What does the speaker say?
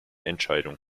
entscheidung